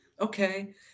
Okay